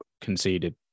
conceded